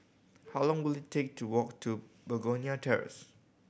how long will it take to walk to Begonia Terrace